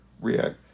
react